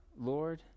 Lord